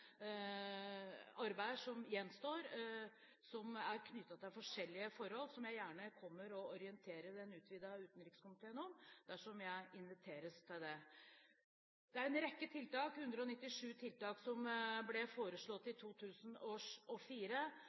som gjenstår, som er knyttet til forskjellige forhold som jeg gjerne kommer og orienterer den utvidede utenrikskomiteen om dersom jeg inviteres til det. Det er en rekke tiltak – 197 tiltak – som ble foreslått i